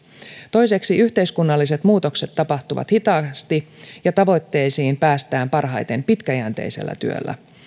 toiseksi yhteiskunnalliset muutokset tapahtuvat hitaasti ja tavoitteisiin päästään parhaiten pitkäjänteisellä työllä